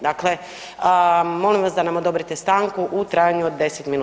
Dakle, molim vas da nam odobrite stanku u trajanju od 10 minuta.